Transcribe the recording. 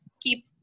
keep